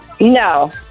No